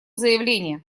заявление